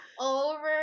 over